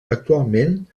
actualment